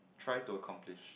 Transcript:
try to accomplish